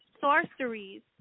sorceries